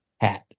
hat